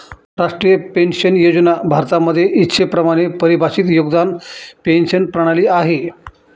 राष्ट्रीय पेन्शन योजना भारतामध्ये इच्छेप्रमाणे परिभाषित योगदान पेंशन प्रणाली आहे